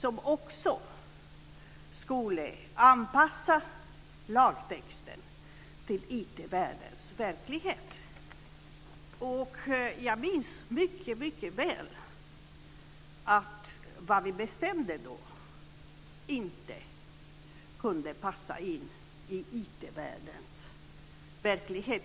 Den lagtexten skulle också anpassas till IT-världens verklighet. Jag minns mycket väl att vad vi bestämde då inte kunde passa in i IT-världens verklighet.